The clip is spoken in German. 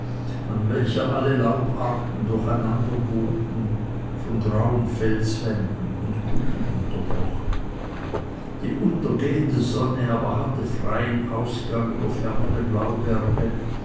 an welcher alle laubarten durcheinanderwogten von grauen felswänden und kuppen unterbrochen die untergehende sonne aber hatte einen freien ausgang über fernere